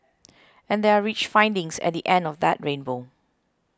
and there are rich findings at the end of that rainbow